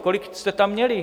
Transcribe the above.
Kolik jste tam měli?